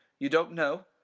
you don't know?